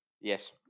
Yes